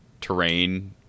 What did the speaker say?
terrain